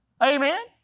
Amen